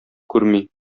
күрми